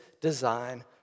design